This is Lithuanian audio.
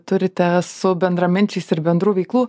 turite su bendraminčiais ir bendrų veiklų